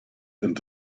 and